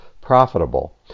profitable